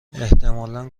احتمالا